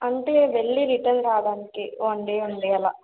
అంటే వెళ్ళి రిటర్న్ రావడానికి వన్ డే ఉండి అలా